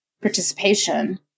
participation